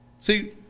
See